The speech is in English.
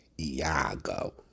Iago